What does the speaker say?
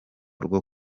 rwo